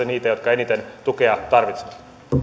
niitä jotka eniten tukea tarvitsevat